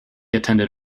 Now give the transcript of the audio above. attended